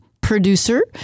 producer